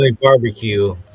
barbecue